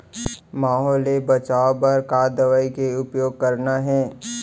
माहो ले बचाओ बर का दवई के उपयोग करना हे?